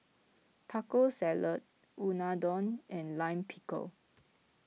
Taco Salad Unadon and Lime Pickle